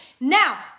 Now